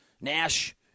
Nash